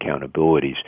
accountabilities